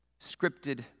scripted